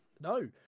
No